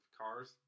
cars